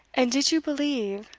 and did you believe,